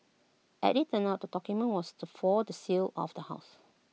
as IT turned out the document was the for the sale of the house